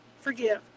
Forgive